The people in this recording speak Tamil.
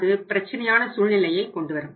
அது பிரச்சினையான சூழ்நிலையை கொண்டுவரும்